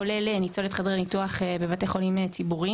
כולל ניצולת חדרי ניתוח בבתי חולים ציבוריים.